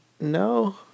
no